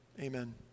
amen